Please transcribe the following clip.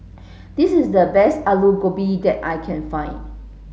this is the best Alu Gobi that I can find